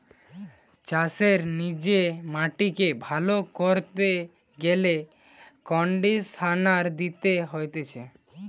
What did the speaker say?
চাষের জিনে মাটিকে ভালো কইরতে গেলে কন্ডিশনার দিতে হতিছে